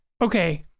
Okay